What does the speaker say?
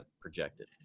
projected